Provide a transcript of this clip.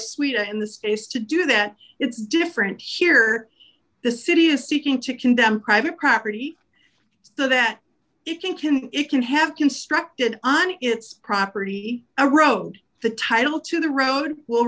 sweet and the space to do that it's different here the city is seeking to condemn private property so that it can can it can have constructed on its property a road the title to the road will